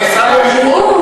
על המיעוט.